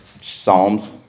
Psalms